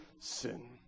sin